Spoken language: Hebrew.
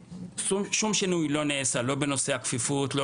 שום שינוי לא נעשה, לא בנושא הכפיפות, לא